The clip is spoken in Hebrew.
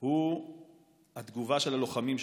הוא התגובה של הלוחמים שלנו.